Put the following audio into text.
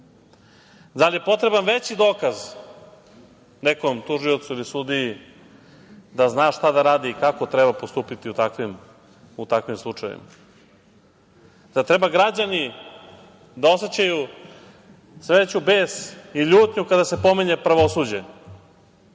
Da li je potreban veći dokaz nekom tužiocu ili sudiji, da zna šta da radi i kako treba postupiti u takvim slučajevima? Zar treba građani da osećaju sve veći bes i ljutnju kada se pominje pravosuđe?